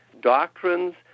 doctrines